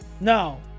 No